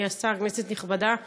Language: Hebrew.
אדוני השר, כנסת נכבדה,